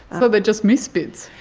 but but just missed bits?